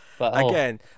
Again